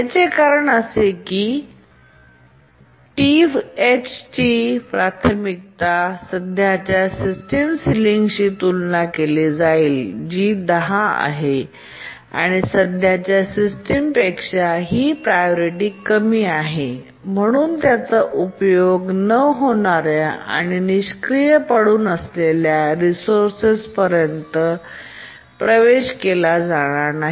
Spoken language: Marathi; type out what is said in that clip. याचे कारण असे आहे की TH ची प्राथमिकता सध्याच्या सिस्टीमच्या सिलिंगशी तुलना केली जाईल जी 10 आहे आणि सध्याच्या सिस्टीमपेक्षा ही प्रायोरिटी कमी आहे म्हणून त्याचा उपयोग न होणार्या आणि निष्क्रिय पडून असलेल्या रिसोर्सपर्यंत प्रवेश केला जाणार नाही